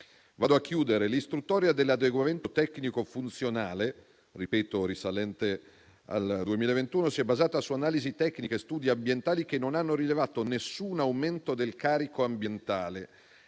ambito urbano. L'istruttoria dell'adeguamento tecnico funzionale, risalente al 2021, si è basata su analisi tecniche e studi ambientali che non hanno rilevato nessun aumento del carico ambientale.